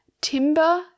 timber